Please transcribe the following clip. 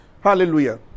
Hallelujah